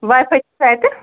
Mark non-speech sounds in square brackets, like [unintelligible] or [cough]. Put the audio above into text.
واے فاے [unintelligible] اَتہِ